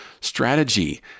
Strategy